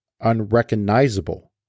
unrecognizable